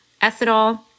ethanol